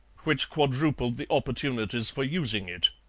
which quadrupled the opportunities for using it.